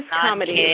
comedy